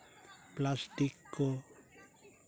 plastic ᱠᱚ